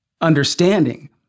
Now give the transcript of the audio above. understanding